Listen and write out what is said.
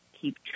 keep